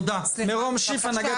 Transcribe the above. מירום שיף, הנהגת